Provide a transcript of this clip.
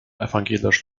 evangelisch